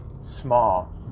small